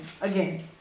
again